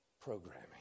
programming